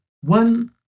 one